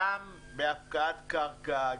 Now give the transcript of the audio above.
גם בהפקעת קרקע,